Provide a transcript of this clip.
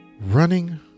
running